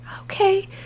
Okay